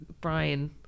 brian